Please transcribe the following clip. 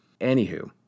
Anywho